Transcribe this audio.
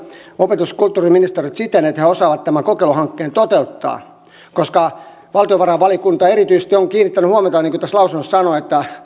opetus ja kulttuuriministeriöltä siten että he osaavat tämän kokeiluhankkeen toteuttaa koska valtiovarainvaliokunta erityisesti on kiinnittänyt huomiota niin kuin tässä lausunnossa sanotaan että